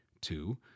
Two